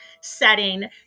setting